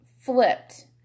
flipped